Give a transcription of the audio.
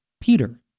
Peter